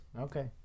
Okay